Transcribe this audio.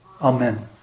Amen